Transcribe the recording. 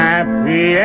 Happy